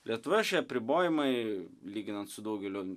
lietuvoje šie apribojimai lyginant su daugeliu